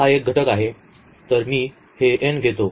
तर हा एक घटक आहे तर मी हे n घेतो